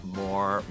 more